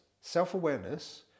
Self-awareness